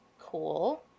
Cool